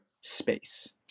space